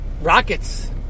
rockets